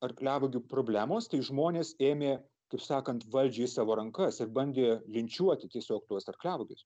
arkliavagių problemos tik žmonės ėmė taip sakant valdžią į savo rankas ir bandė linčiuoti tiesiog tuos arkliavagius